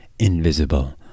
invisible